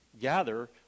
gather